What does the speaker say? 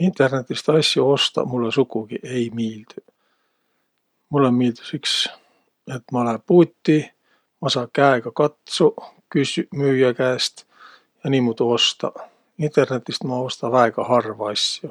Internetist asjo ostaq mullõ sukugi ei miildüq. Mullõ miildüs iks, et ma lää puuti, ma saa käega katsuq, küssüq müüjä käest ja niimuudu ostaq. Internetist ma osta väega harva asjo.